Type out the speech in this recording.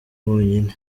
wonyine